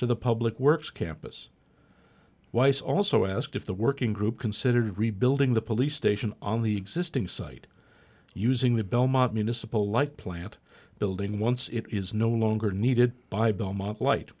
to the public works campus weiss also asked if the working group considered rebuilding the police station on the existing site using the belmont municipal light plant building once it is no longer needed by belmont light